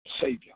Savior